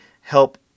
help